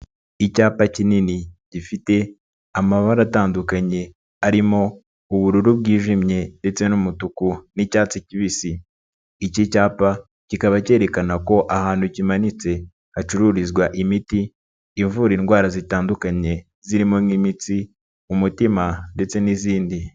Icyapa kinini gifite amabara atandukanye, arimo ubururu bwijimye ndetse n'umutuku n'icyatsi kibisi. Iki cyapa kikaba kerekana ko ahantu kimanitse hacururizwa imiti ivura indwara zitandukanye zirimo nk'imitsi, umutima ndetse n'izindi.